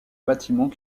bâtiment